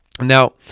Now